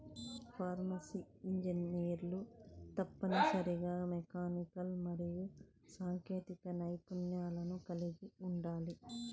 forestry ఇంజనీర్లు తప్పనిసరిగా mechanical మరియు సాంకేతిక నైపుణ్యాలను కలిగి ఉండాలి